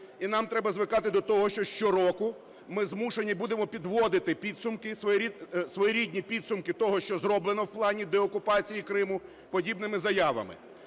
і нам треба звикати до того, що щороку ми змушені будемо підводити підсумки, своєрідні підсумки того, що зроблено в плані деокупації Криму, подібними заявами.